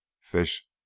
fish